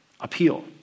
appeal